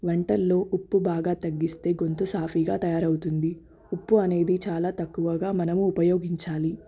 వంటల్లో ఉప్పు బాగా తగ్గిస్తే గొంతు సాఫీగా తయారవుతుంది ఉప్పు అనేది చాలా తక్కువగా మనము ఉపయోగించాలి